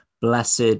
blessed